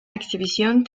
exhibición